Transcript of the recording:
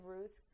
Ruth